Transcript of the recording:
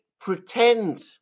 pretend